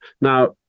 Now